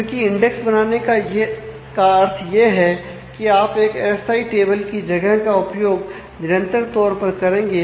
क्योंकि इंडेक्स बनाने का अर्थ यह है कि आप एक अस्थाई टेबल की जगह का उपयोग निरंतर तौर पर करेंगे